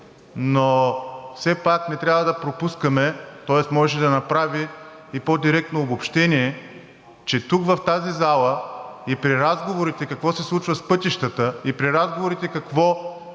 Но все пак не трябва да пропускаме, тоест можеше да направи и по-директно обобщение, че тук в тази зала и при разговорите какво се случва с пътищата, и при разговорите какво